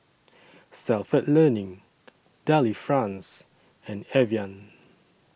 Stalford Learning Delifrance and Evian